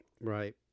Right